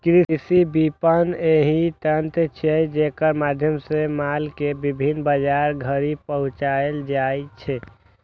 कृषि विपणन एहन तंत्र छियै, जेकरा माध्यम सं माल कें विभिन्न बाजार धरि पहुंचाएल जाइ छै